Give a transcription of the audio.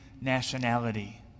nationality